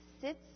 sits